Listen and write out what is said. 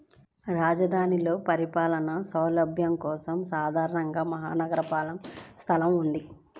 రాజధానిలో పరిపాలనా సౌలభ్యం కోసం సాధారణంగా మహా నగరపాలక సంస్థ వుంటది